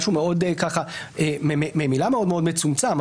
משהו ממילא מאוד מצומצם.